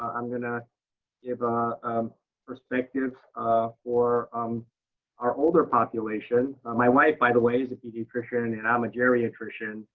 um i'm going to give a perspective for um our older population. my wife, by the way, is a pediatrician. and and i'm a geriatrician.